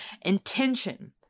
Intention